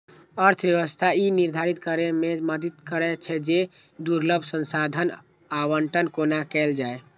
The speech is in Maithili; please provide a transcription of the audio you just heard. अर्थव्यवस्था ई निर्धारित करै मे मदति करै छै, जे दुर्लभ संसाधनक आवंटन कोना कैल जाए